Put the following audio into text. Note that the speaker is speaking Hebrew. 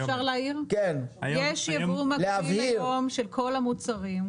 יש יבוא מקביל של כל המוצרים,